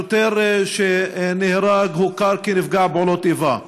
השוטר שנהרג הוכר כנפגע פעולות איבה,